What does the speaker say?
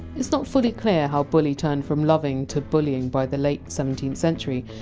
it! s not fully clear how! bully! turned from loving to bullying by the late seventeenth century,